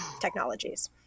technologies